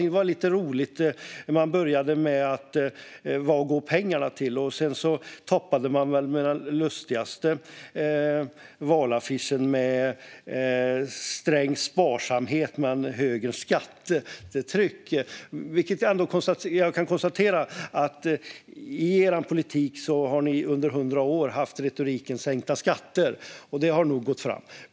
Moderaterna började fråga vart pengarna gick för att sedan toppa med den lustigaste: "Sträng sparsamhet, inte Strängs skatter". Under 100 år har Moderaternas retorik handlat om att sänka skatter, så det har nog gått fram.